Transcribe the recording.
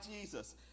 Jesus